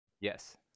Yes